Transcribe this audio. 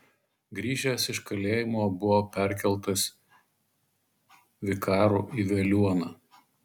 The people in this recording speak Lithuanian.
grįžęs iš kalėjimo buvo perkeltas vikaru į veliuoną